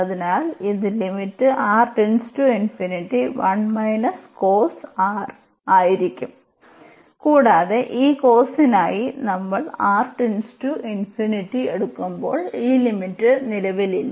അതിനാൽ ഇത് ആയിരിക്കും കൂടാതെ ഈ കോസിനായി നമ്മൾ എടുക്കുമ്പോൾ ഈ ലിമിറ്റ് നിലവിലില്ല